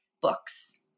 books